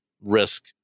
risk